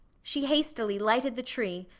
she hastily lighted the tree,